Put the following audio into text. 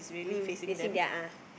mm facing their ah